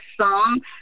song